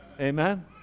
Amen